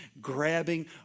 grabbing